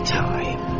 time